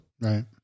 Right